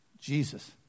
Jesus